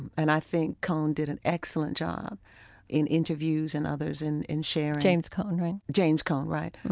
and i think cone did an excellent job in interviews and others in in sharing james cone, right? james cone, right.